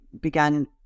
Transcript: began